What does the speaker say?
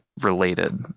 related